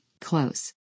Close